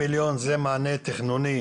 החסמים בנושא התכנון הם פתירים,